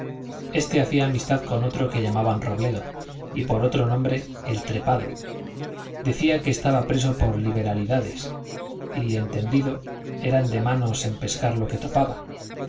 este hacía amistad con otro que llamaban robledo y por otro nombre el trepado decía que estaba preso por liberalidades y entendido eran de manos en pescar lo que topaba